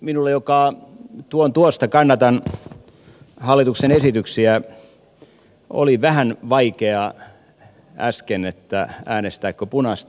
minulle joka tuon tuosta kannatan hallituksen esityksiä oli vähän vaikea äsken äänestääkö punaista vai keltaista